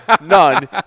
none